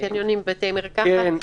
קניונים ובתי מרקחת?